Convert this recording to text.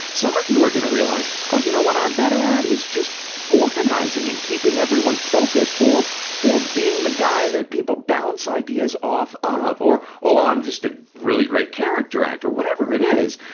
some of you are going to realize, oh, you know what i'm better at is just organizing and keeping everyone focused, or or being the guy that people bounce ideas off of, or or i'm just a really great character actor. whatever it is,